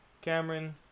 Cameron